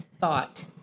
thought